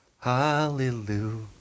Hallelujah